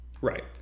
Right